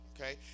okay